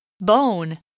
Bone